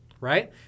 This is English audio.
Right